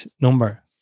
number